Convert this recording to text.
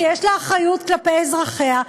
שיש לה אחריות כלפי אזרחיה,